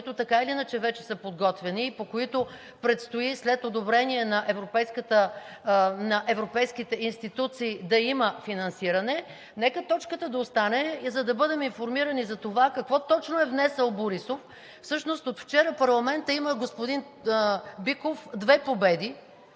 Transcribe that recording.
които така или иначе вече са подготвени и по които предстои след одобрение на европейските институции да има финансиране, нека точката да остане, за да бъдем информирани за това какво точно е внесъл Борисов. Всъщност от вчера парламентът има, господин Биков, две победи.